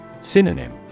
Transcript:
Synonym